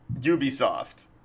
Ubisoft